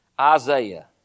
Isaiah